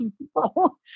people